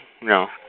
no